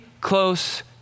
close